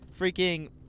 freaking